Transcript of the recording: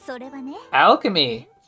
Alchemy